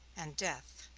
and death,